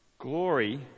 Glory